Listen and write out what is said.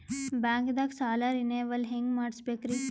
ಬ್ಯಾಂಕ್ದಾಗ ಸಾಲ ರೇನೆವಲ್ ಹೆಂಗ್ ಮಾಡ್ಸಬೇಕರಿ?